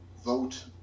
vote